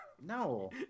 no